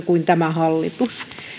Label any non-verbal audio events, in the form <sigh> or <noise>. <unintelligible> kuin hallitus